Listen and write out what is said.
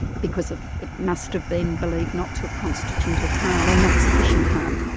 because of. it must have been believed not to have constituted harm or not sufficient harm.